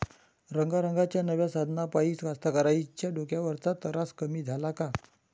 रंगारंगाच्या नव्या साधनाइपाई कास्तकाराइच्या डोक्यावरचा तरास कमी झाला का?